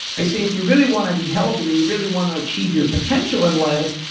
i say, if you really want to be healthy, or you really want to achieve your potential in life,